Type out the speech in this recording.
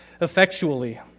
effectually